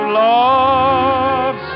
love